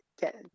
get